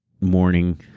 morning